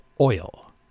oil